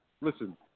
listen